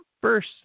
first